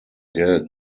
geld